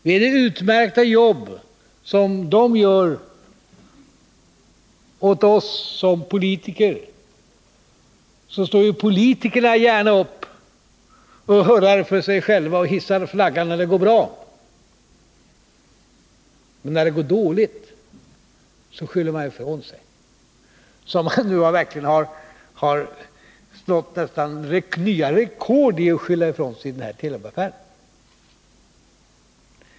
Det är utmärkta jobb som de gör åt oss som politiker, och politikerna står ju gärna upp och hurrar för sig själva och hissar flaggan när det går bra. Men när det går dåligt skyller man ifrån sig, och man har verkligen nästan nått nya rekord när det gäller att skylla ifrån sig i den här Telubaffären.